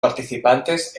participantes